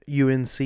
UNC